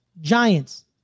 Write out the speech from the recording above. Giants